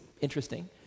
interesting